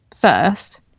first